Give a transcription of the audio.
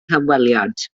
hymweliad